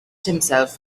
himself